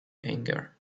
anger